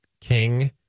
king